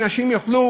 כך שנשים יוכלו